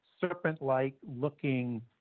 serpent-like-looking